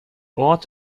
ort